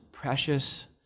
precious